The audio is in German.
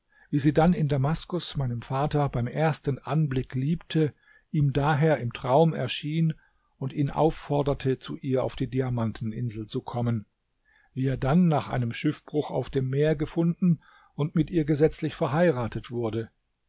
wie sie dann in damaskus meinen vater beim ersten anblick liebte ihm daher im traum erschien und ihn aufforderte zu ihr auf die diamanteninsel zu kommen wie er dann nach einem schiffbruch auf dem meer gefunden und mit ihr gesetzlich verheiratet wurde